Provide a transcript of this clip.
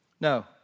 No